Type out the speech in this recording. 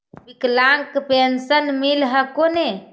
विकलांग पेन्शन मिल हको ने?